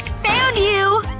found you!